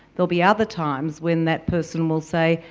there'll be other times when that person will say,